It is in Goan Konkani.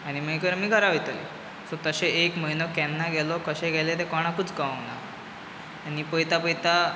आनी मागीर आमी घरा वयताली सो एक म्हयनो केन्ना गेलो कशें गेले ते कोणाकूंच कोवोना आनी पयता पयता